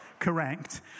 correct